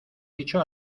dicho